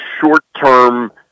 short-term